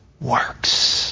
works